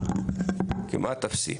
מספר כמעט אפסי.